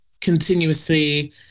continuously